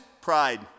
Pride